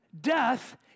Death